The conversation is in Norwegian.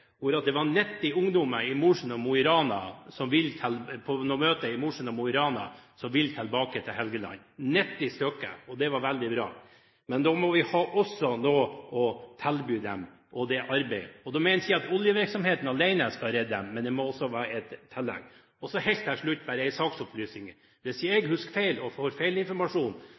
hvor det var 90 ungdommer til stede fra Mosjøen og Mo i Rana som vil tilbake til Helgeland – 90 stykker. Det var veldig bra. Men da må vi også ha noe å tilby dem av arbeid. Da mener ikke jeg at oljevirksomheten alene skal redde dem, men det må være et tillegg. Helt til slutt bare en saksopplysning: Hvis ikke jeg husker feil og får